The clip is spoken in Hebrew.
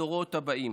הדורות הבאים.